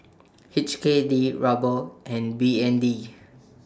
H K D Ruble and B N D